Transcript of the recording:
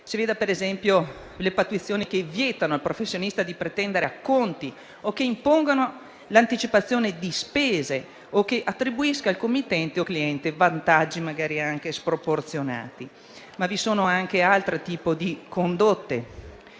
Si vedano, per esempio, le pattuizioni che vietano al professionista di pretendere acconti o che impongono l'anticipazione di spese o che attribuiscono al committente o cliente vantaggi magari anche sproporzionati. Vi sono anche altri tipi di condotte,